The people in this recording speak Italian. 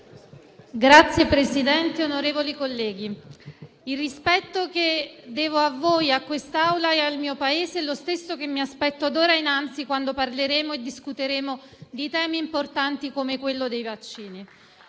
Signor Presidente, onorevoli colleghi, il rispetto che devo a voi, a quest'Assemblea e al mio Paese è lo stesso che mi aspetto d'ora innanzi quando parleremo e discuteremo di temi importanti come quello dei vaccini.